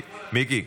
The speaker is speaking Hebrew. מיקי,